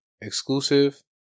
exclusive